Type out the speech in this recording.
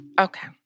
Okay